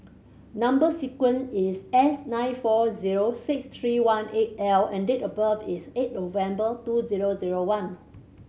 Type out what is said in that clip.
number sequence is S nine four zero six three one eight L and date of birth is eight November two zero zero one